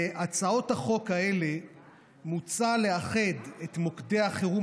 בהצעות החוק האלה מוצע לאחד את מוקדי החירום